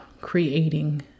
creating